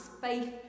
faith